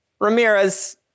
Ramirez